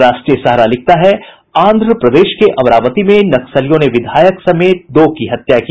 राष्ट्रीय सहारा लिखता है आंध्र प्रदेश के अमरावती में नक्सलियों ने विधायक समेत दो की हत्या की